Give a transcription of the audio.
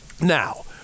Now